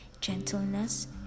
gentleness